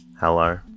Hello